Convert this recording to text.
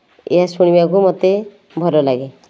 ଏହା ଶୁଣିବାକୁ ମୋତେ ଭଲ ଲାଗେ